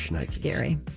Scary